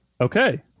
Okay